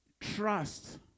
trust